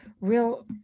real